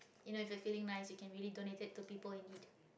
you know if you're feeling nice you can really donate it to people in need